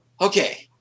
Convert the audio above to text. Okay